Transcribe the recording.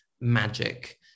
magic